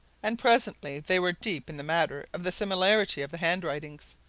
and presently they were deep in the matter of the similarity of the handwritings,